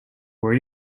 were